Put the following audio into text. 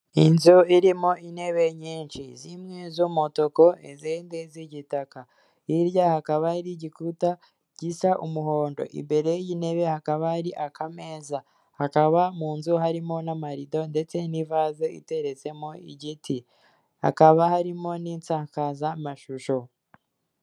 Inzu irimo intebe nyinshi zimwe z'umutuku izindi z'igitaka, hirya hakaba hari igikubita gisa umuhondo, imbere y'intebe hakaba ari akameza, hakaba mu nzu harimo n'amarido ndetse n'ivaze iteretsemo igiti, hakaba harimo n'insakazamashusho.